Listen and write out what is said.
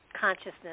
consciousness